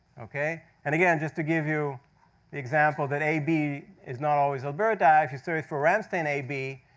ok, and again, just to give you the example, that ab is not always alberta. if you search for ramstein ab,